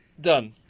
done